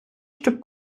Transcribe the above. щоб